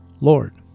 Lord